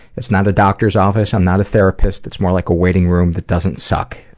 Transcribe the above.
it's not a doctor's office. i'm not a therapist. it's more like a waiting room that doesn't suck.